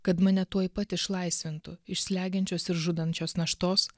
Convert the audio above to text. kad mane tuoj pat išlaisvintų iš slegiančios ir žudant šios naštos